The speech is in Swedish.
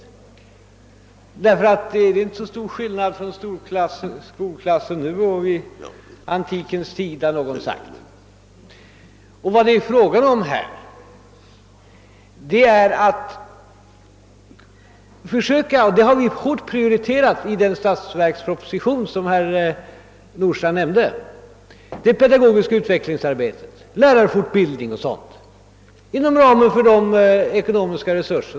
Någon har också sagt att det inte är särskilt stor skillnad på en skolklass nu och i antiken. Vad det här är fråga om — vilket vi kraftigt har understrukit i statsverkspropositionen är det pedagogiska utvecklingsarbetet, liksom lärarnas fortbildning och liknande, inom ramen för våra ekonomiska resurser.